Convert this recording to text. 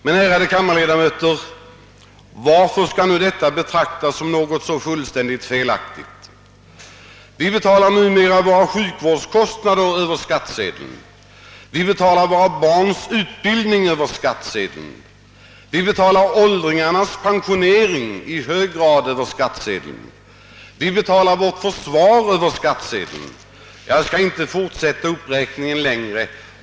Men, ärade kammarledamöter, varför skall nu detta betraktas som något så fullständigt felaktigt? Vi betalar numera våra sjukvårdskostnader över skattsedeln. Vi betalar våra barns utbildning över skattsedeln. Vi betalar åldringarnas pensionering i hög grad över skattsedeln. Vi betalar vårt försvar över skattsedeln. Jag skall inte fortsätta uppräkningen längre.